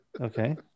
okay